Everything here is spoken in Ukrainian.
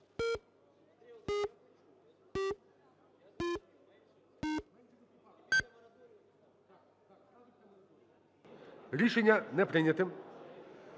Рішення не прийнято.